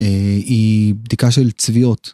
היא בדיקה של צביעות.